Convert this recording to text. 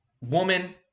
woman